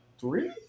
Three